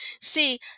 See